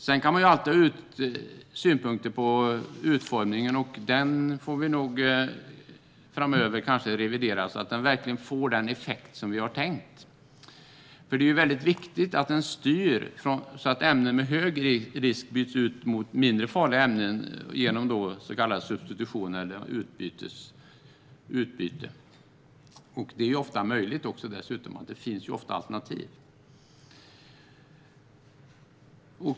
Sedan kan man alltid ha synpunkter på utformningen, men den får vi kanske revidera framöver så att den verkligen får den effekt som vi har tänkt. Det är viktigt att utformningen styr så att ämnen med högre risk byts ut mot mindre farliga ämnen genom så kallad substitution eller utbyte. Detta är möjligt, för det finns ofta alternativ.